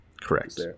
Correct